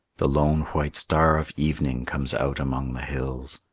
the lone white star of evening comes out among the hills,